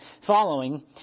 Following